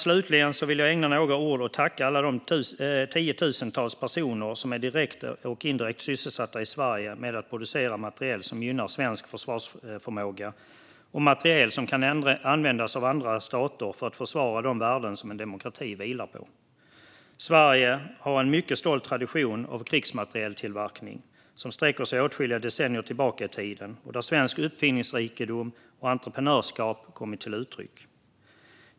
Slutligen vill jag ägna några ord åt att tacka alla de tiotusentals personer i Sverige som är direkt och indirekt sysselsatta med att producera materiel som gynnar svensk försvarsförmåga och som kan användas av andra stater för att försvara de värden som en demokrati vilar på. Sverige har en mycket stolt tradition av krigsmaterieltillverkning, som sträcker sig åtskilliga decennier tillbaka i tiden och där svensk uppfinningsrikedom och svenskt entreprenörskap kommit till uttryck.